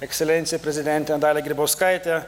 ekscelencija prezidente dalia grybauskaite